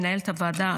למנהלת הוועדה,